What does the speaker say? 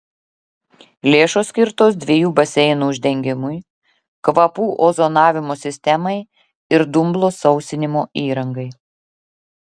lėšos skirtos dviejų baseinų uždengimui kvapų ozonavimo sistemai ir dumblo sausinimo įrangai